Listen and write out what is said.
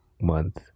month